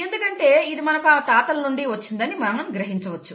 ఎందుకంటే ఇది ఆమెకు తాతల నుండి వచ్చినదని మనం గ్రహించవచ్చు